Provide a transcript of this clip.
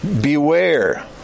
Beware